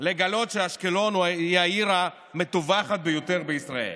לגלות שאשקלון היא העיר המטווחת ביותר בישראל,